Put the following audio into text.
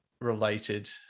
related